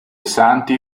santi